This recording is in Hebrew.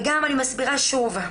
וגם אני מסבירה שוב.